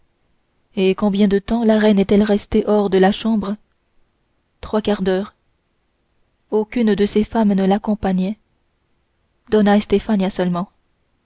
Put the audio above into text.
et combien de temps la reine est-elle restée hors de la chambre trois quarts d'heure aucune de ses femmes ne l'accompagnait doa estefania seulement